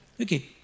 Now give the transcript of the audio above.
Okay